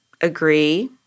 agree